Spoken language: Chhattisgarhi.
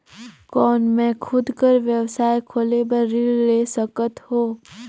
कौन मैं खुद कर व्यवसाय खोले बर ऋण ले सकत हो?